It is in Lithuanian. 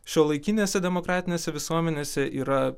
šiuolaikinėse demokratinėse visuomenėse yra